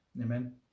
Amen